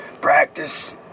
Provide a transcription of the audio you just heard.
practice